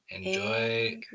enjoy